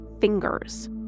fingers